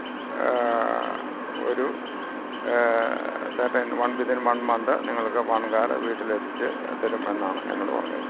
ഒരു സേട്ടെൻ one within one month നിങ്ങൾക്ക് പാൻ കാർഡ് വീട്ടിൽ എത്തിച്ച് തരും എന്നാണ് എന്നോട് പറഞ്ഞത്